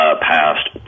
passed